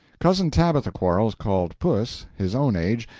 cousin tabitha quarles, called puss, his own age,